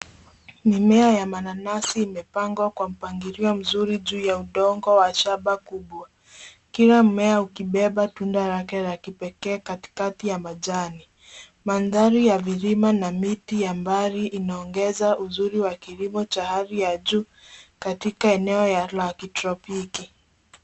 Mimea ya mananasi imepangwa kwa mpangilio mzuri juu ya udongo wa shamba kubwa, kila mmea ukibeba tunda lake la kipekee katikati ya majani. Mandhari ya vilima na miti ya mbali inaongeza uzuri wa kilimo wa hali ya juu katika eneo la kitropiki.